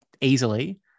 easily